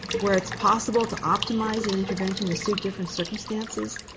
where it's possible to optimize an intervention to suit different circumstances.